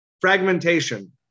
fragmentation